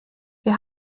wir